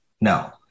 no